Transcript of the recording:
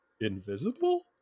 invisible